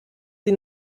sie